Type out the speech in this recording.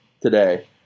today